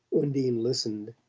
undine listened,